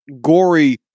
gory